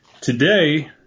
Today